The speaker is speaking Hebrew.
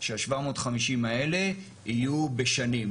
שה-750 האלה יהיו בשנים.